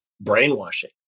brainwashing